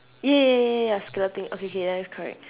ya ya ya ya ya ya scallop thing okay K then it's correct